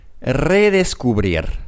Redescubrir